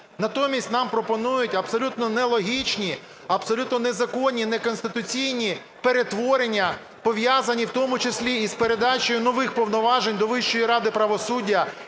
Натомість нам пропонують абсолютно нелогічні, абсолютно незаконні і неконституційні перетворення, пов'язані в тому числі із передачею нових повноважень до Вищої ради правосуддя,